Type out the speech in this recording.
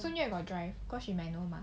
got drive so she might know mah